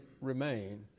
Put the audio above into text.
remain